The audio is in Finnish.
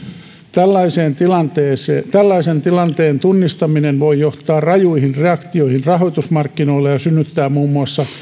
tällaisen tilanteen tällaisen tilanteen tunnistaminen voi johtaa rajuihin reaktioihin rahoitusmarkkinoilla ja synnyttää muun muassa